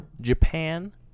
Japan